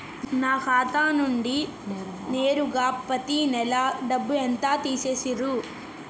నా ఖాతా నుండి నేరుగా పత్తి నెల డబ్బు ఎంత తీసేశిర్రు?